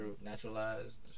naturalized